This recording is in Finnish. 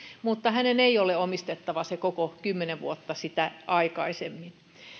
mutta hänen ei ole omistettava sitä koko kymmentä vuotta sitä aikaisemmin